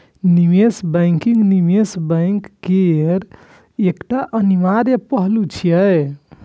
निवेश बैंकिंग निवेश बैंक केर एकटा अनिवार्य पहलू छियै